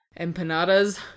empanadas